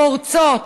פורצות,